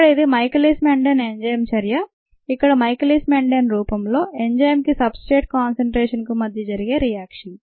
ఇక్కడ ఇది Michaelis Menten enzyme చర్య ఇక్కడ మైఖేలీస్ మెండెన్ రూపంలో ఎంజైమ్కి సబ్ స్ట్రేట్ కాన్సన్ట్రేషన్కు మధ్య జరిగే రియాక్షన్